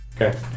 Okay